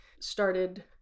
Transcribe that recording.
Started